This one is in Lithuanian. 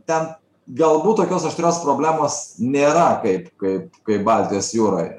ten galbūt tokios aštrios problemos nėra kaip kaip kaip baltijos jūroj